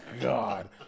God